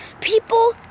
People